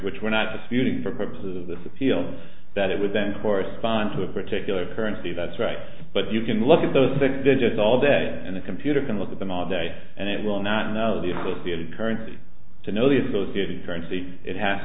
which were not disputing for purposes of this appeal that it would then correspond to a particular currency that's right but you can look at those that did it all day and the computer can look at them all day and it will not know the associated currency to know the associated currency it has